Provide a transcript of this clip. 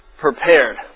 prepared